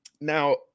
now